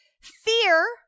Fear